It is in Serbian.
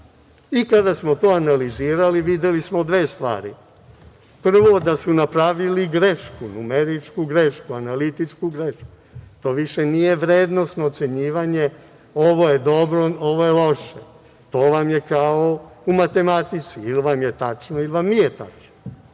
i kada smo to analizirali, videli smo dve stvari. Prvo, napravili su numeričku grešku, analitičku grešku. To više nije vrednosno ocenjivanje, ovo je dobro, ovo je loše. To vam je kao u matematici, ili vam je tačno ili vam nije tačno.